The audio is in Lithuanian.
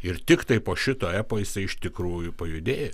ir tiktai po šito epo jisai iš tikrųjų pajudėjo